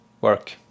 work